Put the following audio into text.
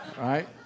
right